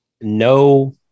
no